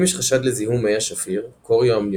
אם יש חשד לזיהום מי השפיר כוריואמניוניטיס